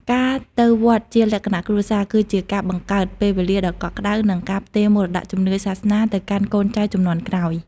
ការទៅវត្តជាលក្ខណៈគ្រួសារ គឺជាការបង្កើតពេលវេលាដ៏កក់ក្តៅ និងការផ្ទេរមរតកជំនឿសាសនាទៅកាន់កូនចៅជំនាន់ក្រោយ។